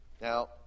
Now